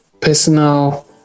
personal